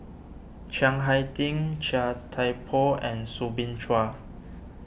Chiang Hai Ding Chia Thye Poh and Soo Bin Chua